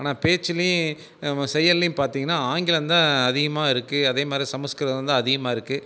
ஆனால் பேச்சிலையும் செயலையும் பார்த்திங்கன்னா ஆங்கிலம் தான் அதிகமாக இருக்கு அதே மாரி சமஸ்கிருதம் தான் அதிகமாக இருக்கு